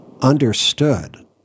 understood